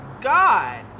God